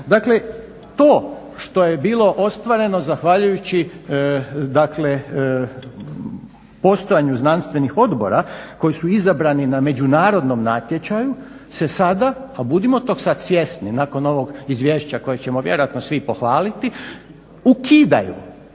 Dakle, to što je bilo ostvareno zahvaljujući dakle postojanju znanstvenih odbora koji su izabrani na međunarodnom natječaju se sada pa budimo tog sad svjesni nakon ovog izvješća koje ćemo vjerojatno svi pohvaliti ukidaju,